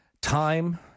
time